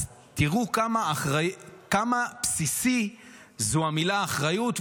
אז תראו כמה בסיסי זו המילה אחריות,